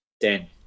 Den